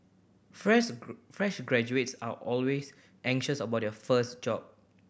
fresh fresh graduates are always anxious about their first job